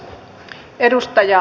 arvoisa puhemies